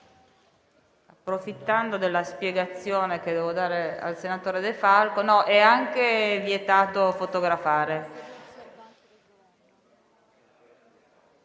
Approfitto della spiegazione che devo dare al senatore De Falco. È vietato fotografare.